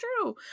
true